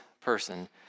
person